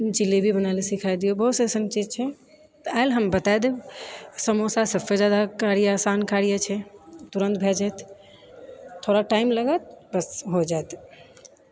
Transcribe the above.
जिलेबी भी बनायला सिखा दियौ बहुत ऐसन चीज छै तऽ आयल हम बताय देब समोसा सबसँ जादा कार्य आसान कार्य छै तुरन्त भए जाइत थोड़ा टाइम लागत पर हो जाइत